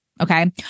Okay